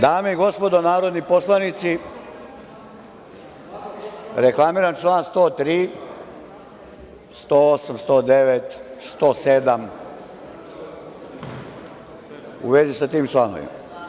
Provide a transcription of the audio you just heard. Dame i gospodo narodni poslanici, reklamiram čl. 103, 108, 109, 107, u vezi sa tim članovima.